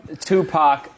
Tupac